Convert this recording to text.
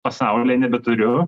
pasaulyje nebeturiu